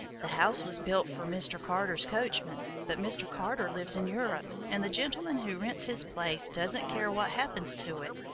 the house was built for mr. carter's coachman, but mr. carter lives in europe, and the gentleman who rents his place doesn't care what happens to it,